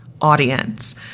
audience